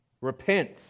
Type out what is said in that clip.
Repent